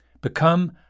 Become